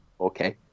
okay